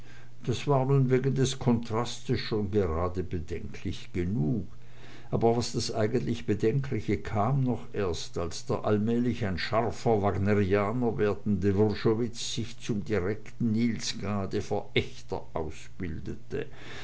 das war nun wegen des kontrastes schon gerade bedenklich genug aber das eigentlich bedenkliche kam doch erst als der allmählich ein scharfer wagnerianer werdende wrschowitz sich zum direkten niels gade verächter ausbildete